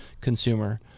consumer